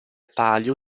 palio